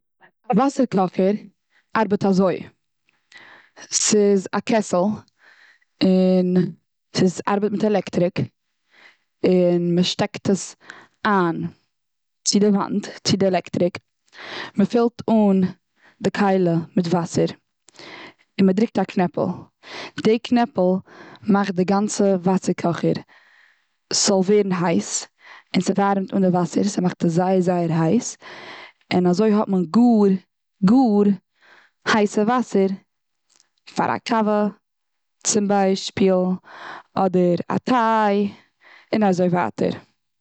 א וואסער קאכער ארבעט אזוי. ס'איז א קעסל און ס'ארבעט מיט עלעקטעריק, און מ'שטעקט עס איין צו די וואנט צו די עלעקטעריק, מ'פילט אן די כלי מיט וואסער און מ'דרוקט א קנעפל. די קנעפל מאכט די גאנצע וואסער קאכער ס'זאל ווערן הייס, און ס'ווארעמט אן די וואסער ס'מאכט עס זייער זייער הייס. און אזוי האט מען גאר גאר הייסע וואסער פאר א קאווע צום ביישפיל אדער א טיי און אזוי ווייטער.